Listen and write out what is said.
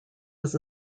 was